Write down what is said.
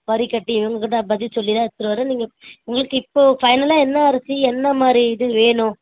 வரி கட்டி இவங்கக்கிட்ட பதில் சொல்லிதான் எடுத்துகிட்டு வரேன் நீங்கள் உங்களுக்கு இப்போது ஃபைனலாக என்ன அரிசி என்ன மாதிரி இது வேணும்